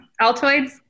altoids